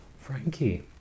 Frankie